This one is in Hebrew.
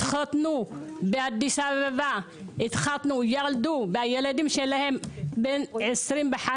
התחתנו באדיס אבבה והילדים שלהם בני 25,